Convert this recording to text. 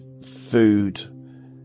food